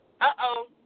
Uh-oh